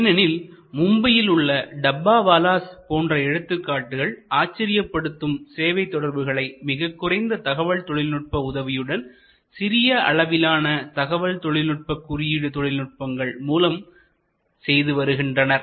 ஏனெனில் மும்பையில் உள்ள டப்பாவாலாஸ் போன்ற எடுத்துக்காட்டுகள் ஆச்சரியப்படுத்தும் சேவை தொடர்புகளை மிகக்குறைந்த தகவல் தொழில்நுட்ப உதவியுடன் சிறிய அளவிலான தகவல் தொழில்நுட்ப குறியீட்டு தொழில்நுட்பங்கள் மூலம் செய்து வருகின்றனர்